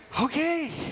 Okay